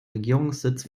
regierungssitz